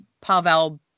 Pavel